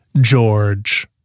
George